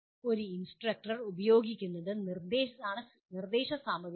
ഒരു ഇൻസ്ട്രക്ടർ ഉപയോഗിക്കുന്നതാണ് നിർദ്ദേശ സാമഗ്രികൾ